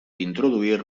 introduir